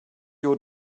your